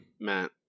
Matt